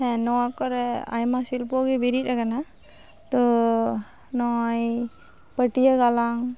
ᱦᱮᱸ ᱱᱚᱣᱟᱠᱚᱨᱮ ᱟᱭᱢᱟ ᱥᱤᱞᱯᱚᱜᱮ ᱵᱮᱨᱮᱫ ᱟᱠᱟᱱᱟ ᱛᱳ ᱱᱚᱜᱼᱚᱭ ᱯᱟᱹᱴᱭᱟᱹ ᱜᱟᱞᱟᱝ